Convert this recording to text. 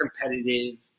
competitive